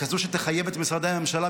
כזאת שתחייב את משרדי הממשלה,